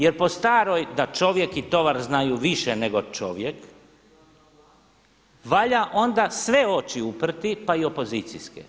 Jer po staroj da čovjek i tovar znaju više nego čovjek valja onda sve oči uprti pa i opozicijske.